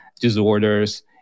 disorders